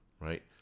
Right